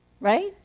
Right